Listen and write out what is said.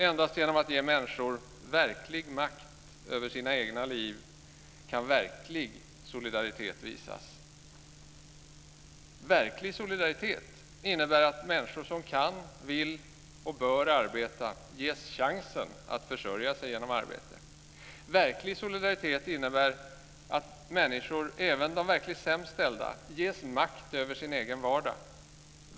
Endast genom att ge människor verklig makt över sina egna liv kan verklig solidaritet visas. Verklig solidaritet innebär att människor som kan, vill och bör arbeta ges chansen att försörja sig genom arbete. Verklig solidaritet innebär att människor, även de verkligt sämst ställda, ges makt över sin egen vardag.